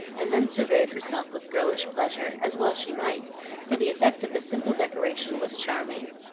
and then surveyed herself with girlish pleasure, as well she might for the effect of the simple decoration was charming.